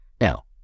Now